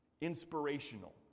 inspirational